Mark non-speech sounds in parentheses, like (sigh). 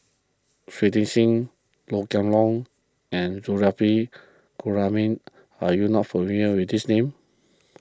Shui Tit Sing Low Kway (unintelligible) and Zulkifli (unintelligible) are you not familiar with these names